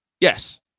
Yes